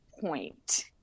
point